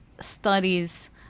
studies